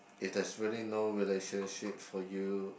if there's really no relationship for you